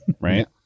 right